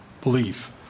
belief